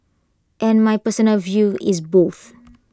and my personal view is both